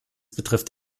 betrifft